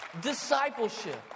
discipleship